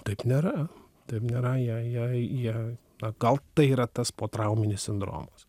taip nėra taip nėra jie jie jie na gal tai yra tas potrauminis sindromas